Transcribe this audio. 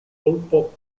colpo